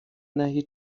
دهید